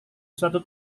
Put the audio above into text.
suatu